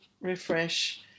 refresh